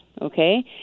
Okay